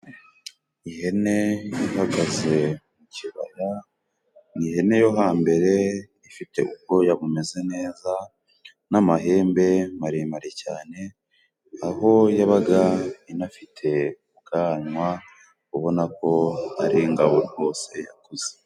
Ihene ihagaze mu kibaya, ni ihene yo hambere ifite ubwoya bumeze neza n'amahembe maremare cyane, aho yabaga inafite ubwanwa ubonako ari ingabo rwose yakuze.